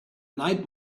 night